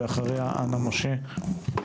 ואחריה אנה משה.